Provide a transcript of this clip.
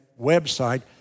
website